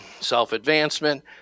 self-advancement